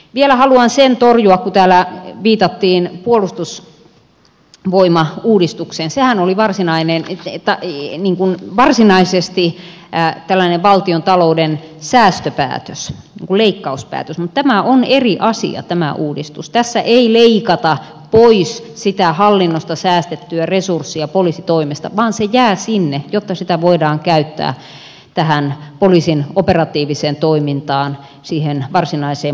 vielä haluan sen torjua kun täällä viitattiin puolustusvoimauudistukseen että sehän oli varsinaisesti tällainen valtiontalouden säästöpäätös leikkauspäätös mutta tämä uudistus on eri asia tässä ei leikata pois sitä hallinnosta säästettyä resurssia poliisitoimesta vaan se jää sinne jotta sitä voidaan käyttää tähän poliisin operatiiviseen toimintaan siihen varsinaiseen poliisityöhön